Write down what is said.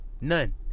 none